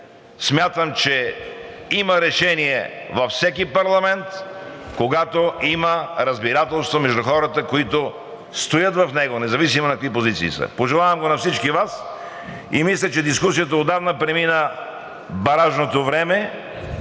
Смятам, че има решение във всеки парламент, когато има разбирателство между хората, които стоят в него, независимо на какви позиции са. Пожелавам го на всички Вас и мисля, че дискусията премина баражното време.